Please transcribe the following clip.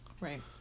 Right